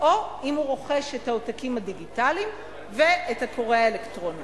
או שהוא רוכש את העותקים הדיגיטליים ואת הקורא האלקטרוני.